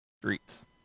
Streets